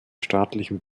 staatlichen